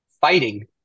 fighting